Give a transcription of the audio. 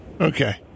Okay